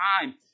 time